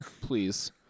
Please